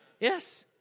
yes